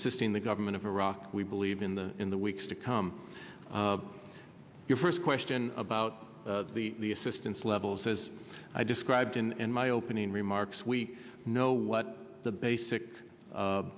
assisting the government of iraq we believe in the in the weeks to come your first question about the assistance levels as i described in my opening remarks we know what the basic